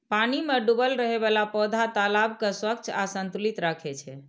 पानि मे डूबल रहै बला पौधा तालाब कें स्वच्छ आ संतुलित राखै छै